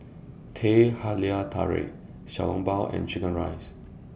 Teh Halia Tarik Xiao Long Bao and Chicken Rice